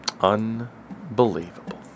Unbelievable